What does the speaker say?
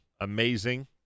amazing